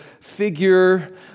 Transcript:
figure